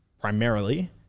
primarily